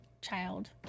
child